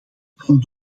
van